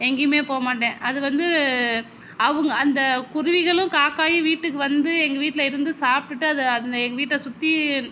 எங்கேயுமே போகமாட்டேன் அது வந்து அவங்க அந்த குருவிகளும் காக்காயும் வீட்டுக்கு வந்து எங்கள் வீட்டில் இருந்து சாப்பிட்டுட்டு அதை அந்த எங்கள் வீட்டை சுற்றி